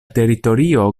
teritorio